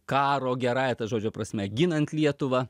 karo gerąja ta žodžio prasme ginant lietuvą